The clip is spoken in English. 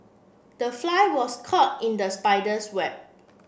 the fly was caught in the spider's web